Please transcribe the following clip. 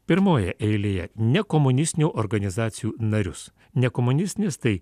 pirmoje eilėje nekomunistinių organizacijų narius nekomunistinės tai